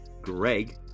Greg